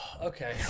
Okay